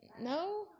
No